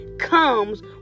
Comes